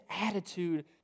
attitude